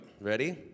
Ready